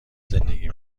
زندگی